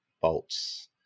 bolts